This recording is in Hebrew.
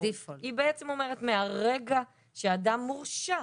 היא בעצם אומרת, מהרגע שאדם הורשע,